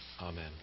Amen